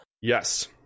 Yes